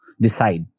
decide